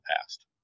past